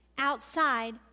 outside